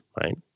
right